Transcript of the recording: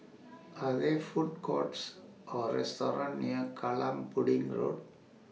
Are There Food Courts Or restaurants near Kallang Pudding Road